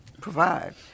provide